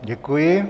Děkuji.